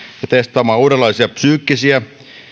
ja testaamaan uudenlaisia psyykkisiä